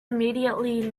immediately